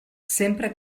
sempre